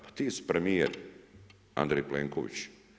Pa ti si premijer Andrej Plenković.